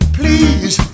please